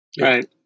Right